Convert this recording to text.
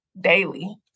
daily